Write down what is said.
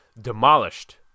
demolished